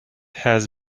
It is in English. has